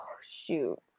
shoot